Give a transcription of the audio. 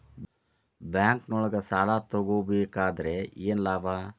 ಬ್ಯಾಂಕ್ನೊಳಗ್ ಸಾಲ ತಗೊಬೇಕಾದ್ರೆ ಏನ್ ಲಾಭ?